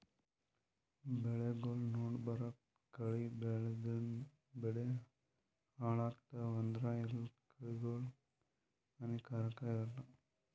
ಬೆಳಿಗೊಳ್ ನಡಬರ್ಕ್ ಕಳಿ ಬೆಳ್ಯಾದ್ರಿನ್ದ ಬೆಳಿ ಹಾಳಾಗ್ತಾವ್ ಆದ್ರ ಎಲ್ಲಾ ಕಳಿಗೋಳ್ ಹಾನಿಕಾರಾಕ್ ಇರಲ್ಲಾ